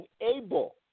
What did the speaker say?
unable